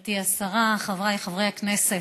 גברתי השרה, חבריי חברי הכנסת,